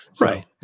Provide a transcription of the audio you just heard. right